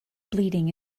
bleeding